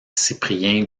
cyprien